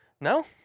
No